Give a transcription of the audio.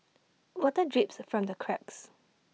water drips from the cracks